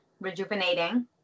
rejuvenating